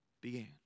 began